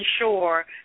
ensure